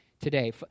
today